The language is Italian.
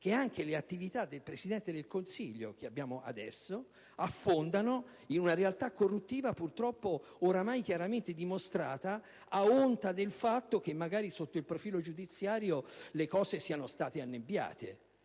che anche le attività dell'attuale Presidente del Consiglio affondano in una realtà corruttiva purtroppo oramai chiaramente dimostrata, a onta del fatto che magari sotto il profilo giudiziario le cose siano state annebbiate.